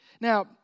Now